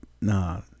no